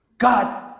God